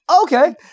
Okay